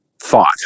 thought